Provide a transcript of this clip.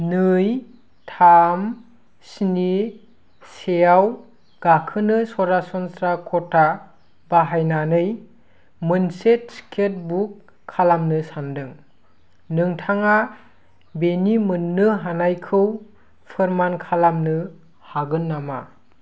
नै थाम स्नि सेआव गाखोनो सरासनस्रा कटा बाहायनानै मोनसे टिकेट बुक खालामनो सानदों नोंथाङा बेनि मोननो हानायखौ फोरमान खालामनो हागोन नामा